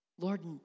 Lord